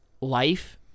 life